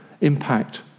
impact